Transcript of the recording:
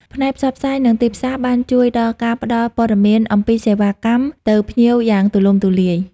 ផ្នែកផ្សព្វផ្សាយនិងទីផ្សារបានជួយដល់ការផ្ដល់ព័ត៌មានអំពីសេវាកម្មទៅភ្ញៀវយ៉ាងទូលំទូលាយ។